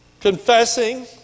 confessing